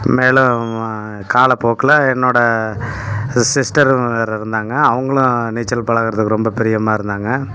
மேலும் காலப்போக்கில் என்னோடய சிஸ்டரும் வேறு இருந்தாங்க அவங்களும் நீச்சல் பழகறதுக்கு ரொம்ப பிரியமாக இருந்தாங்க